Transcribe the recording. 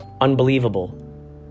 unbelievable